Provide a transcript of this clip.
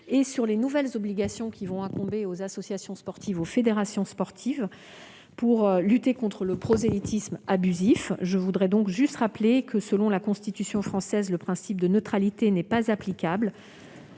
évoqué les nouvelles obligations qui vont incomber aux associations sportives et aux fédérations sportives pour lutter contre le prosélytisme abusif. Je voudrais rappeler que, selon la Constitution, le principe de neutralité n'est pas applicable